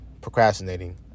procrastinating